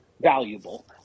valuable